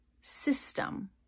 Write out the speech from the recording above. system